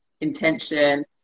intention